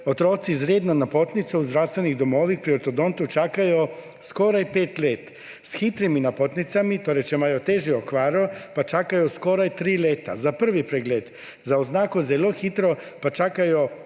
otroci z redno napotnico v zdravstvenih domovih pri ortodontu čakajo skoraj pet let. S hitrimi napotnicami, torej če imajo težko okvaro, pa čakajo skoraj tri leta za prvi pregled. Z oznako zelo hitro pa čakajo tri